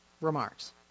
remarks